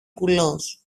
κουλός